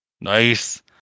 Nice